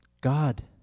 God